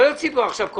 אני לא אוציא מכאן אנשים.